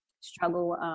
struggle